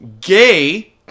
Gay